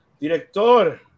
Director